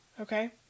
okay